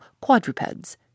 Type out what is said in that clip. quadrupeds